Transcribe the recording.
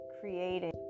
creating